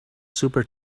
super